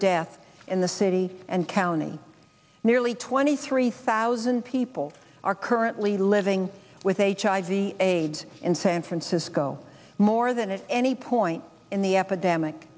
death in the city and county nearly twenty three thousand people are currently living with hiv aids in san francisco more than at any point in the epidemic